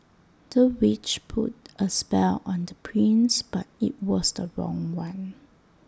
the witch put A spell on the prince but IT was the wrong one